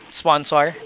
sponsor